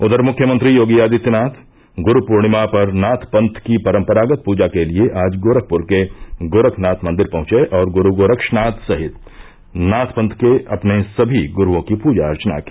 उधर मुख्यमंत्री योगी आदित्यनाथ ग़रू पूर्णिमा पर नाथ पंथ की परम्परागत पूजा के लिये आज गोरखपुर के गोरखनाथ मंदिर पहुंचे और गुरू गोरक्षनाथ सहित नाथ पंथ के अपने सभी गुरूओं की पूजा अर्चना की